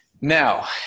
Now